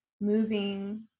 moving